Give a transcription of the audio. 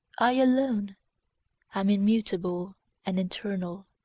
i alone am immutable and eternal.